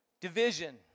division